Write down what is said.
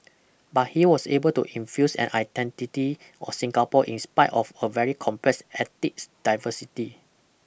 but he was able to infuse an identity of Singapore in spite of a very complex ethics diversity